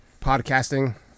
podcasting